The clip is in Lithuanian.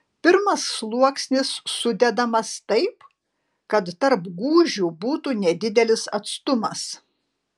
pirmas sluoksnis sudedamas taip kad tarp gūžių būtų nedidelis atstumas